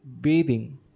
bathing